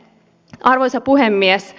arvoisa puhemies